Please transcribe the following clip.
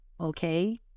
okay